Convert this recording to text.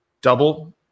double